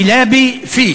הימים.)